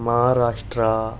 Maharashtra